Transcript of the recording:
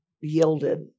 yielded